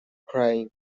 crying